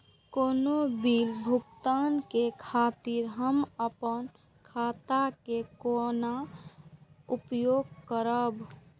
कोनो बील भुगतान के खातिर हम आपन खाता के कोना उपयोग करबै?